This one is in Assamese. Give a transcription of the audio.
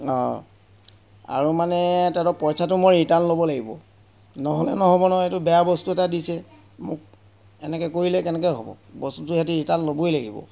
অঁ আৰু মানে তেহেঁতৰ পইচাটো মই ৰিটাৰ্ণ ল'ব লাগিব নহ'লে নহ'ব নহয় এইটো বেয়া বস্তু এটা দিছে মোক এনেকৈ কৰিলে কেনেকৈ হ'ব বস্তুটো সিহঁতি ৰিটাৰ্ণ ল'বই লাগিব